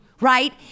right